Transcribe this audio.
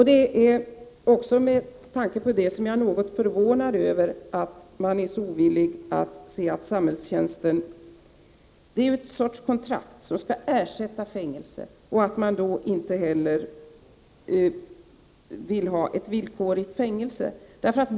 Det är också med tanke på det som jag är något förvånad över att man är så ovillig att se att samhällstjänst ingår i ett slags kontrakt, att samhällstjänst skall ersätta fängelse och att man då inte heller vill ha ett villkorligt fängelsestraff.